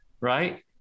Right